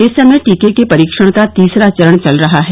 इस समय टीके के परीक्षण का तीसरा चरण चल रहा है